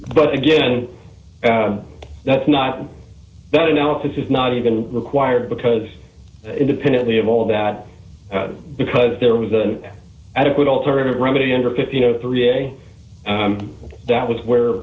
but again that's not that analysis is not even required because independently of all that because there was an adequate alternative remedy under fifty three dollars a that was where